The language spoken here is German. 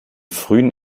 frühen